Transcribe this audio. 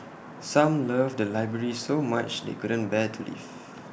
some love the library so much they couldn't bear to leave